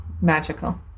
magical